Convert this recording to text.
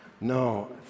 No